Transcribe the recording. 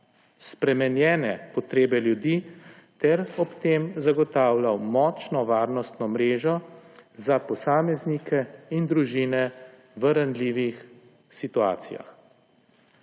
spremenjene potrebe ljudi ter ob tem zagotavljal močno varnostno mrežo za posameznike in družine v ranljivih situacijah.